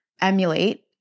emulate